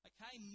Okay